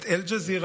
את אל ג'זירה,